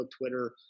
Twitter